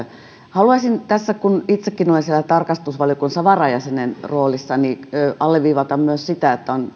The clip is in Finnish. haluaisin tässä kun itsekin olen siellä tarkastusvaliokunnassa varajäsenen roolissa alleviivata myös sitä että on